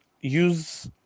use